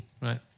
Right